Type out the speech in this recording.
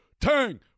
Tang